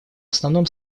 основном